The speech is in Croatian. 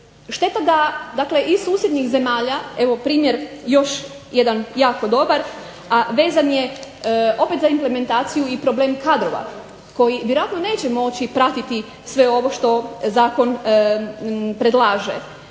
Šteta da iz susjednih zemalja, evo primjer još jedan jako dobar a vezan je za implementaciju i problem kadrova koji vjerojatno neće moći pratiti sve ovo što Zakon predlaže.